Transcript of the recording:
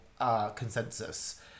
consensus